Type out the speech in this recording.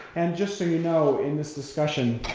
and jus so you know, in this discussion,